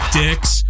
dicks